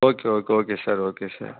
okay okay okay sir okay sir